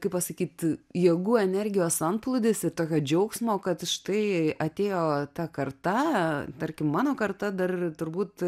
kaip pasakyt jėgų energijos antplūdis tokio džiaugsmo kad štai atėjo ta karta tarkim mano karta dar turbūt